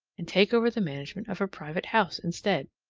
and take over the management of a private house instead.